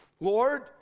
Lord